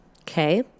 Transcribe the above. Okay